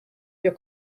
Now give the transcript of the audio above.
your